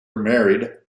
married